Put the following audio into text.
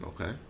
Okay